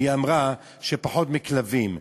והיא אמרה שפחות מכלבים.